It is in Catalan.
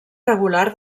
regular